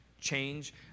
change